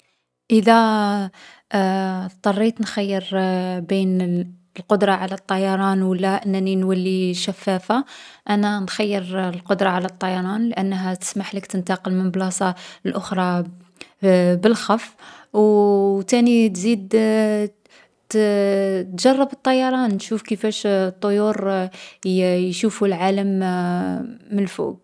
إذا اضطريت نخيّر بين القدرة على الطيران و لا أنني نولي شفافة، أنا نخيّر القدرة على الطيران لأنها تسمحلك تنتقل من بلاصة لأخرى بالخف. او تاني تزيد نجرب الطيران، نشوف كيفاش الطيور يشوفو العالم من الفوق.